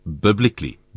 biblically